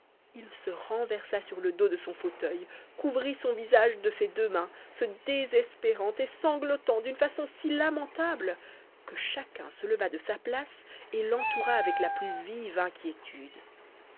il se renversa sur le dos de son fauteuil couvrit son visage de ses deux mains se désespérant et sanglotant d'une façon si lamentable que chacun se leva de sa place et l'entoura avec la plus vive inquiétude